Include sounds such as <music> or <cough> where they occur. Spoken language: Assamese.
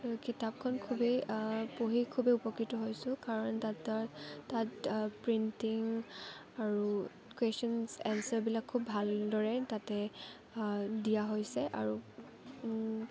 কিতাপখন খুবেই পঢ়ি খুবেই উপকৃত হৈছোঁ কাৰণ <unintelligible> তাত প্ৰিণ্টিং আৰু কুৱেশ্যনচ এনছাৰবিলাক খুব ভালদৰে তাতে দিয়া হৈছে আৰু